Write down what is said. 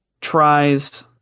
tries